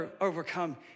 overcome